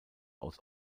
aus